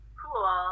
cool